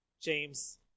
James